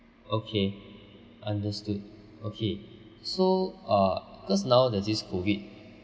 okay understood okay so uh because now there's this COVID